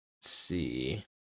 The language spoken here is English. see